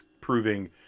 proving